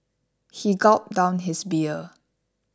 he gulped down his beer